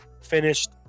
finished